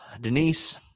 Denise